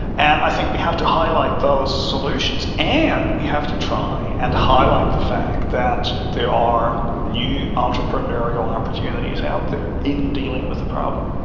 and i think we have to highlight those solutions, and we have to try and highlight the fact that there are new entrepreneurial opportunities out there in dealing with the problem.